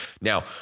Now